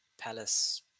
Palace